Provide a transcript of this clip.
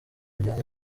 bijyanye